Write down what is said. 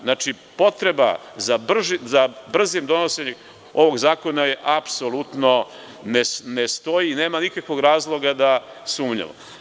Znači, potreba za brzim donošenjem ovog zakona apsolutno ne stoji, nema nikakvog razloga da sumnjamo.